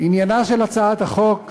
עניינה של הצעת החוק,